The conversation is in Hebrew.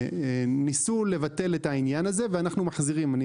ניסו לבטל את העניין הזה ואנחנו מחזירים את זה.